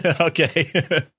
okay